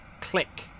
click